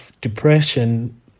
depression